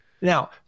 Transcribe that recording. Now